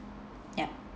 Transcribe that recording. yup